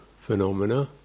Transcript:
phenomena